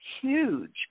huge